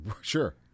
Sure